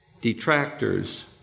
detractors